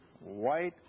white